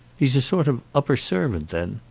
he's a sort of upper servant then?